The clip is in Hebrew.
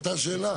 אותה שאלה?